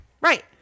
Right